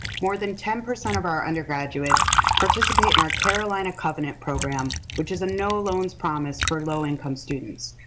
more than ten percent of our undergraduates participate in our carolina covenant program, which is a no loans promise for low income students.